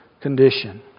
condition